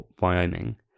Wyoming